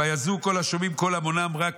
"ויזועו כל השומעים קול המונם" רק